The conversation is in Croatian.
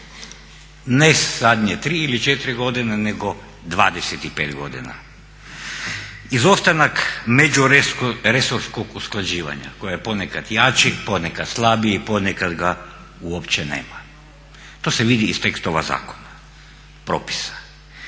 ne zadnje 3 ili 4 godine nego 25 godina. Izostanak međuresorskog usklađivanje koji je ponekad jači, ponekad slabiji, ponekad ga uopće nema. To se vidi iz tekstova zakona, propisa,